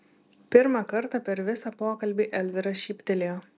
pirmą kartą per visą pokalbį elvyra šyptelėjo